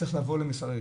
צריך לבוא למשרד הרישוי.